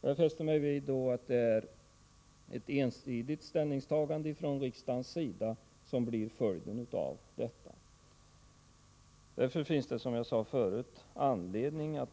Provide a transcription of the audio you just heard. Jag har fäst mig vid att ett ensidigt ställningstagande från riksdagens sida blir följden av detta. Därför finns det, som jag sade förut, anledning att